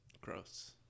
Gross